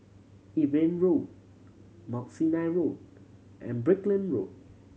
Evelyn Road Mount Sinai Road and Brickland Road